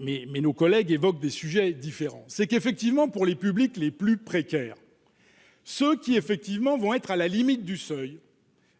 mais nos collègues évoquent des sujets différents, c'est qu'effectivement, pour les publics les plus précaires, ce qui effectivement vont être à la limite du seuil